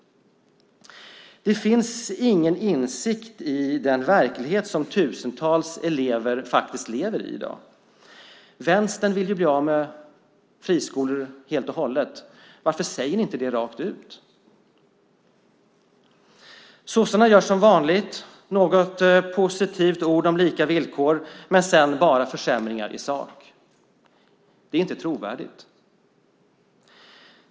Det finns ingen insikt om den verklighet som tusentals elever i dag lever i. Vänstern vill ju bli av med friskolor helt och hållet. Varför säger ni inte det rakt ut? Sossarna gör som vanligt. Man skriver något positivt ord om lika villkor, men man föreslår bara försämringar i sak. Det är inte trovärdigt.